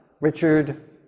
Richard